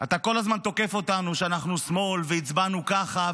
אתה כל הזמן תוקף אותנו שאנחנו שמאל והצבענו ככה,